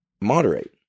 moderate